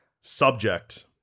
Subject